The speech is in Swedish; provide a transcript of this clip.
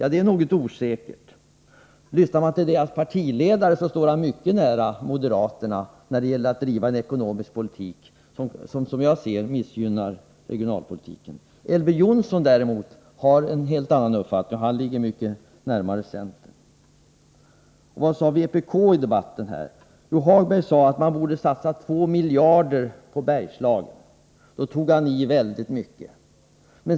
Ja, det är något osäkert. Lyssnar man till partiledaren finner man att han står mycket nära moderaterna när det gäller att driva en ekonomisk politik som, såvitt jag kan se, missgynnar regionalpolitiken. Elver Jonsson däremot har en helt annan uppfattning. Han ligger mycket närmare centern. Vad sade vpk:s företrädare i debatten här? Jo, herr Hagberg sade att man borde satsa 2 miljarder på Bergslagen. Då tog han i ordentligt.